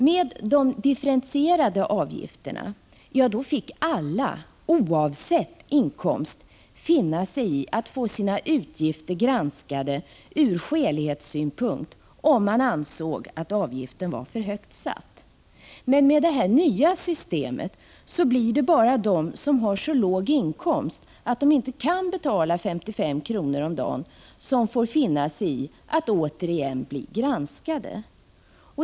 Beträffande de differentierade avgifterna fick alla, oavsett inkomst, som ansåg att avgiften var för högt satt finna sig i att få sina utgifter granskade ur skälighetssynpunkt. Med det nya systemet blir det dock bara de som har så låg inkomst att de inte kan betala 55 kr. om dagen som får finna sig i att återigen bli granskade.